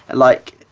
like,